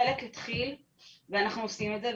חלק התחיל ואנחנו עושים את זה.